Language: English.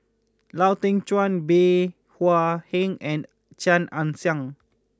Lau Teng Chuan Bey Hua Heng and Chia Ann Siang